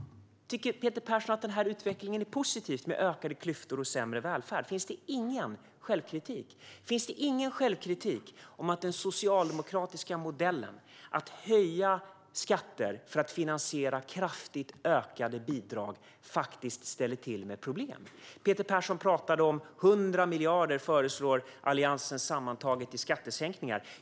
Tycker Peter Persson att den här utvecklingen är positiv, med ökade klyftor och sämre välfärd? Finns det ingen självkritik om att den socialdemokratiska modellen - att höja skatter för att finansiera kraftigt ökade bidrag - faktiskt ställer till med problem? Peter Persson sa att Alliansen föreslår sammantaget 100 miljarder i skattesänkningar.